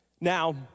Now